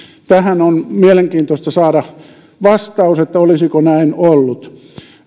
tähän on mielenkiintoista saada vastaus että olisiko näin ollut